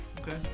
Okay